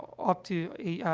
up to, ah,